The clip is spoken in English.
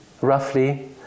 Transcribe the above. roughly